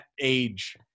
age